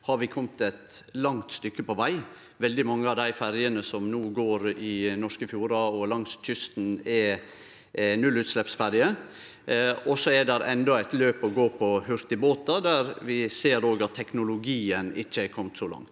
har vi kome eit langt stykke på veg. Veldig mange av dei ferjene som no går i norske fjordar og langs kysten, er nullutsleppsferjer. Det er enno eit løp å gå når det gjeld hurtigbåtar, der vi ser at teknologien ikkje er komen så langt.